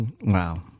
Wow